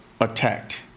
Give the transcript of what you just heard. attacked